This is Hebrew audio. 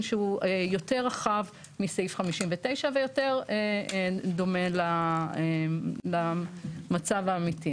שהוא יותר רחב מסעיף 59 ויותר דומה למצב האמיתי,